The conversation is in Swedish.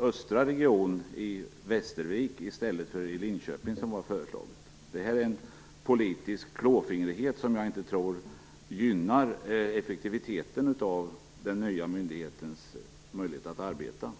östra region till Västervik i stället för till Linköping som hade föreslagits. Detta är en politisk klåfingrighet som jag inte tror gynnar effektiviteten och den nya myndighetens möjligheter att arbeta.